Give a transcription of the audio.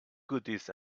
goodies